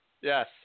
Yes